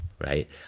right